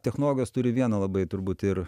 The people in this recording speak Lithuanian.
technologas turi vieną labai turbūt ir